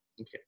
okay